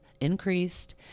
increased